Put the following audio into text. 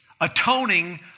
Atoning